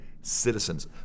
citizens